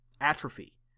atrophy